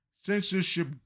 censorship